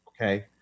Okay